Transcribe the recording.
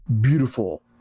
beautiful